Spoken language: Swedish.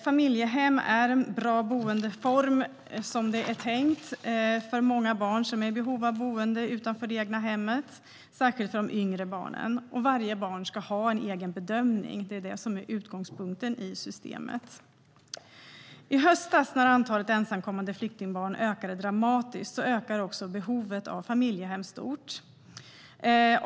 Familjehem är en bra boendeform, som det är tänkt, för många barn som är i behov av boende utanför det egna hemmet, särskilt för de yngre barnen. Varje barn ska ha en egen bedömning. Det är det som är utgångspunkten i systemet. I höstas när antalet ensamkommande flyktingbarn ökade dramatiskt ökade också behovet av familjehem stort.